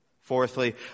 fourthly